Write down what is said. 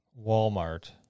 Walmart